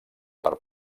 per